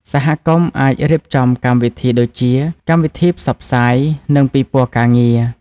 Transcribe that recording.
សហគមន៍អាចរៀបចំកម្មវិធីដូចជា កម្មវិធីផ្សព្វផ្សាយ និងពិព័រណ៍ការងារ។